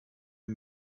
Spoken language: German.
den